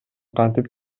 кантип